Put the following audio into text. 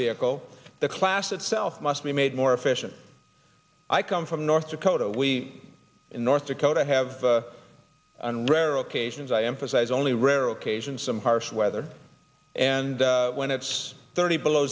vehicle the class itself must be made more efficient i come from north dakota we in north dakota have on rare occasions i emphasize only rare occasions some harsh weather and when it's thirty below